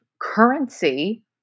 currency